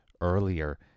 earlier